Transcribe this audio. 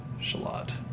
Shalot